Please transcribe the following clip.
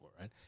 right